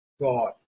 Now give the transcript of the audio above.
God